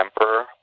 Emperor